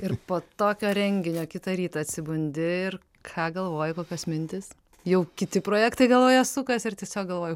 ir po tokio renginio kitą rytą atsibundi ir ką galvoji kokios mintys jau kiti projektai galvoje sukasi ar tiesiog galvoji